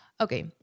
Okay